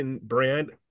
brand